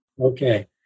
Okay